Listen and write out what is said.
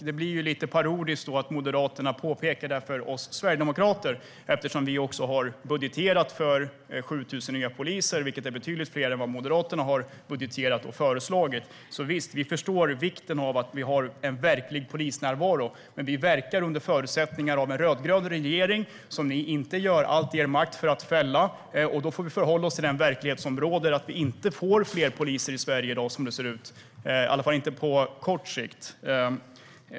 Det blir ju lite parodiskt när Moderaterna påpekar det för oss Sverigedemokrater eftersom vi har budgeterat för 7 000 nya poliser, vilket är betydligt fler än vad Moderaterna har föreslagit. Visst, vi inser vikten av en verklig polisnärvaro, men vi verkar under de förutsättningar som en rödgrön regering medger, och ni gör inte allt i er makt att fälla den. Då får vi förhålla oss till den verklighet som råder. Som det ser ut blir det inte fler poliser i Sverige i dag, i alla fall inte på kort sikt.